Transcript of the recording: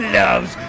loves